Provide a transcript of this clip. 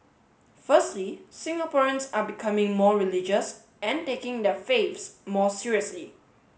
firstly Singaporeans are becoming more religious and taking their faiths more seriously